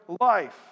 life